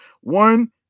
One